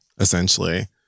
essentially